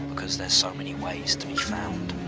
cause there's so many ways to be found.